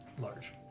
Large